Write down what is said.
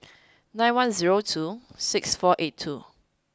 nine one zero two six four eight two